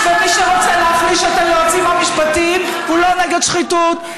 ומי שרוצה להחליש את היועצים המשפטיים הוא לא נגד שחיתות,